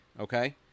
Okay